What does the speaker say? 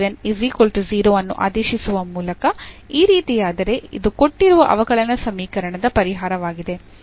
ಈ ಅನ್ನು ಆದೇಶಿಸುವ ಮೂಲಕ ಈ ರೀತಿಯಾದರೆ ಇದು ಕೊಟ್ಟಿರುವ ಅವಕಲನ ಸಮೀಕರಣದ ಪರಿಹಾರವಾಗಿದೆ